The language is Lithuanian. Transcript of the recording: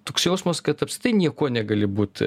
toks jausmas kad apskritai niekuo negali būti